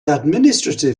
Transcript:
administrative